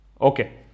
Okay